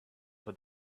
but